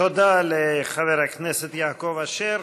תודה לחבר הכנסת יעקב אשר.